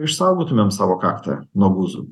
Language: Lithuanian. išsaugotumėme savo kaktą nuo guzų